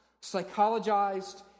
psychologized